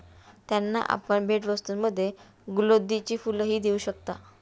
त्यांना आपण भेटवस्तूंमध्ये गुलौदीची फुलंही देऊ शकता